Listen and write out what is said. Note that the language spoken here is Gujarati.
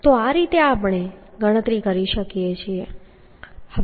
તો આ રીતે આપણે ગણતરી કરી શકીએ